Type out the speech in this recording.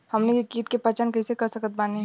हमनी के कीट के पहचान कइसे कर सकत बानी?